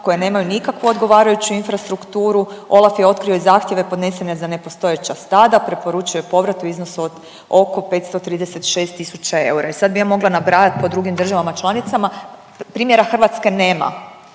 koje nemaju nikakvu odgovarajuću infrastrukturu, OLAF je otkrio i zahtjeve podnesene za nepostojeća stada, preporučio je povrat u iznosu od oko 536 tisuća eura i sad bi ja mogla nabrajat po drugim državama članicama. Primjera Hrvatske nema